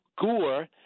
Gore